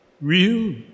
Real